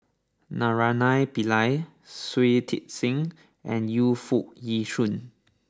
Naraina Pillai Shui Tit Sing and Yu Foo Yee Shoon